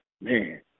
man